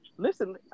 Listen